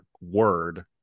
word